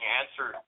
answer